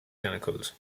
tentacles